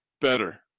better